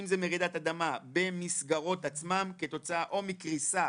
אם זה מרעידת אדמה במסגרות עצמן כתוצאה או מקריסה,